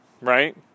right